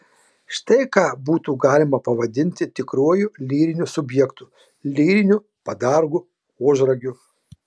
štai ką būtų galima pavadinti tikruoju lyriniu subjektu lyriniu padargu ožragiu